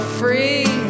free